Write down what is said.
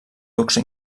luxe